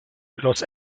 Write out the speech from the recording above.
los